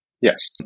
Yes